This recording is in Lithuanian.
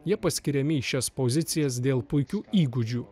jie paskiriami į šias pozicijas dėl puikių įgūdžių